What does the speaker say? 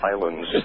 islands